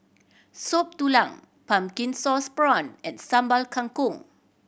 Soup Tulang pumpkin sauce prawn and Sambal Kangkong